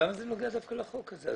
למה זה נוגע דווקא לחוק הזה?